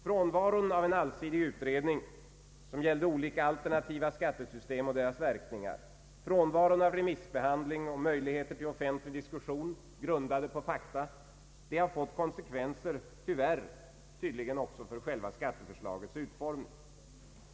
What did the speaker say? Frånvaron av en allsidig utredning rörande olika alternativa skattesystem och deras verkningar, frånvaron av remissbehandling och möjligheter till offentlig diskussion, grundad på fakta, har fått konsekvenser, tyvärr tydligen också för själva skatteförslagets utformning.